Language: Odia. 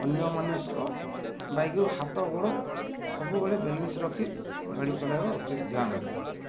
ଅନ୍ୟମନସ୍କ ବାଇକ୍ରୁ ହାତ ଗୋଡ଼ ସବୁବେଳେ ବେଲେନ୍ସ ରଖି ଗାଡ଼ି ଚଲାଇବା ଉଚିତ୍ ଧ୍ୟାନରେ